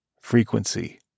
frequency